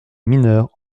mineurs